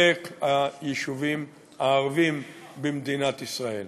אלה היישובים הערביים במדינת ישראל.